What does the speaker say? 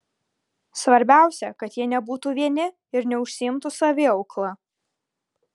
svarbiausia kad jie nebūtų vieni ir neužsiimtų saviaukla